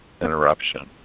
interruption